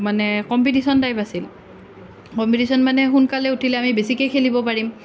মানে competition type আছিল competition মানে সোনকালে উঠিলে আমি বেছিকৈ খেলিব পাৰিম